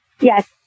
Yes